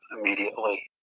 immediately